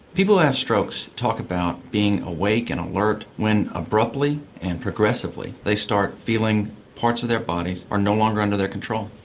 people who have strokes talk about being awake and alert when abruptly and progressively they start feeling parts of their bodies are no longer under their control.